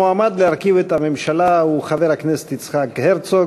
המועמד להרכיב את הממשלה הוא חבר הכנסת יצחק הרצוג.